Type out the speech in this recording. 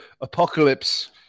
apocalypse